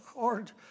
hard